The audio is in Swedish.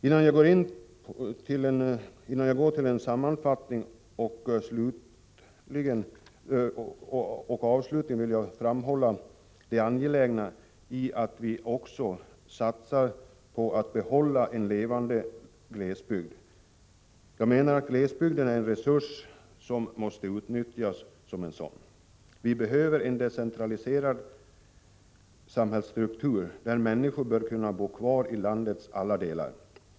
Innan jag går till en sammanfattning och avslutning vill jag framhålla det angelägna i att vi också satsar på att behålla en levande glesbygd. Jag menar att glesbygden är en resurs och att den måste utnyttjas som en sådan. Vi behöver en decentraliserad samhällsstruktur, som tillåter människor i landets alla delar att bo kvar i sin hembygd.